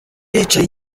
yicaye